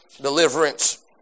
deliverance